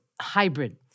hybrid